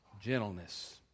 gentleness